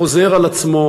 חוזר על עצמו,